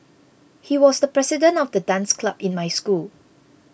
he was the president of the dance club in my school